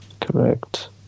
Correct